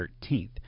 13th